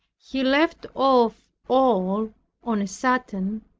he left off all on a sudden,